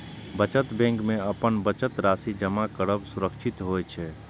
बचत बैंक मे अपन बचत राशि जमा करब सुरक्षित होइ छै